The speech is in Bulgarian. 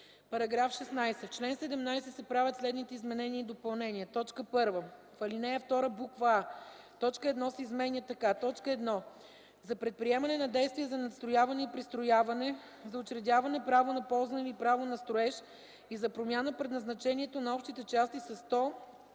§ 16: „§ 16. В чл. 17 се правят следните изменения и допълнения: 1. В ал. 2: а) точка 1 се изменя така: „1. за предприемане на действия за надстрояване и пристрояване, за учредяване право на ползване или право на строеж и за промяна предназначението на общите части – със